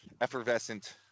effervescent